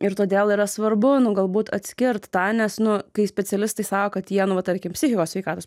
ir todėl yra svarbu nu galbūt atskirt tą nes nu kai specialistai sako kad jie nu va tarkim psichikos sveikatos